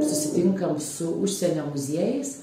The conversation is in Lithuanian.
susitinkam su užsienio muziejais